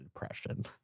depression